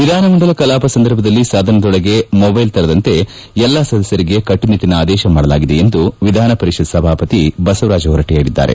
ವಿಧಾನಮಂಡಲ ಕಲಾಪ ಸಂದರ್ಭದಲ್ಲಿ ಸದನದೊಳಗೆ ಮೊಬೈಲ್ ತರದಂತೆ ಎಲ್ಲಾ ಸದಸ್ಯರಿಗೆ ಕಟ್ಪುನಿಟ್ಲಿನ ಆದೇಶ ಮಾಡಲಾಗಿದೆ ಎಂದು ವಿಧಾನಪರಿಷತ್ ಸಭಾಪತಿ ಬಸವರಾಜ ಹೊರಟ್ಟ ಹೇಳದ್ದಾರೆ